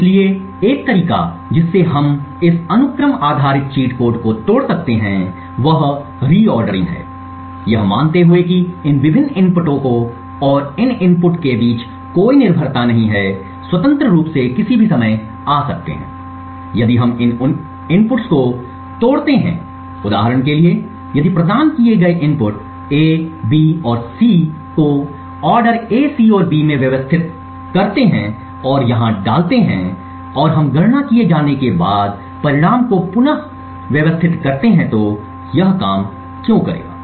इसलिए एक तरीका जिससे हम इस अनुक्रम आधारित चीट कोड को तोड़ सकते हैं वह रीऑर्डरिंग हैयह मानते हुए कि इन विभिन्न इनपुटों और किसी इनपुट के बीच कोई निर्भरता नहीं है स्वतंत्र रूप से किसी भी समय आ सकते हैं यदि हम इन इनपुट्स को तोड़ते हैं उदाहरण के लिए यदि प्रदान किए गए इनपुट A B और C को ऑर्डर A C और B में व्यवस्थित करता है और इसे यहां डालते है और हम गणना किए जाने के बाद परिणाम को पुनः व्यवस्थित करते हैं तो यह काम क्यों करेगा